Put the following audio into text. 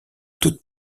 toute